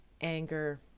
anger